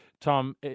Tom